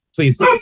please